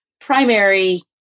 primary